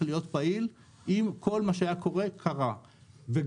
להיות פעיל אם כל מה שהיה קורה קרה וגם,